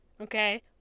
okay